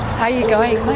how are you going?